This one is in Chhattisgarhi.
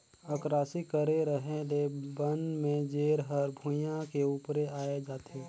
अकरासी करे रहें ले बन में जेर हर भुइयां के उपरे आय जाथे